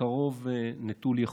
קרוב נטול יכולת.